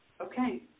Okay